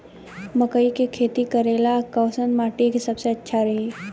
मकई के खेती करेला कैसन माटी सबसे अच्छा रही?